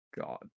God